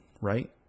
right